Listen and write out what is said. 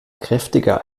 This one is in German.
kräftiger